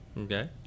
Okay